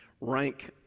rank